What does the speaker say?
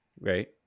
Right